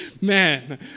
Man